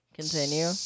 Continue